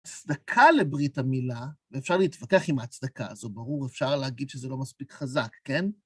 הצדקה לברית המילה, ואפשר להתווכח עם ההצדקה הזו, ברור, אפשר להגיד שזה לא מספיק חזק, כן?